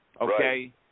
okay